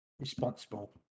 responsible